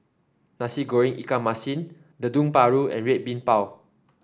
Nasi Goreng Ikan Masin Dendeng Paru and Red Bean Bao